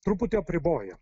truputį apriboja